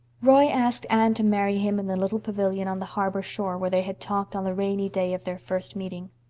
roy asked anne to marry him in the little pavilion on the harbor shore where they had talked on the rainy day of their first meeting.